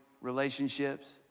relationships